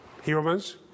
humans